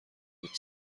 بود